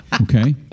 Okay